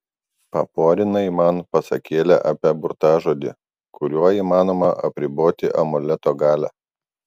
paporinai man pasakėlę apie burtažodį kuriuo įmanoma apriboti amuleto galią